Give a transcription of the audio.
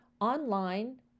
online